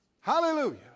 Hallelujah